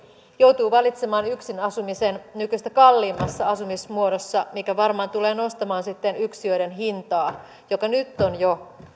joutuu valitsemaan yksin asumisen nykyistä kalliimmassa asumismuodossa mikä varmaan tulee nostamaan sitten yksiöiden hintoja jotka jo nyt ovat